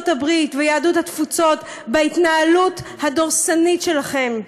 הברית ויהדות התפוצות בהתנהלות הדורסנית שלכם.